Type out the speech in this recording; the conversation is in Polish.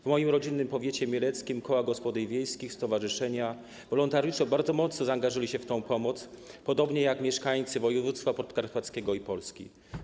W moim rodzinnym powiecie, powiecie mieleckim, koła gospodyń wiejskich, stowarzyszenia, wolontariusze bardzo mocno zaangażowali się w tę pomoc, podobnie jak mieszkańcy województwa podkarpackiego i Polski.